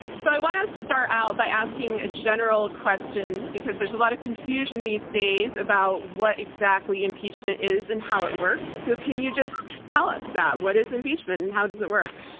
so i want to start out by asking a general question because there's a lot of confusion these days about what exactly impeachment is and how it works. so can you just tell us that? what is impeachment and how does it work?